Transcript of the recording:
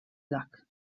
luck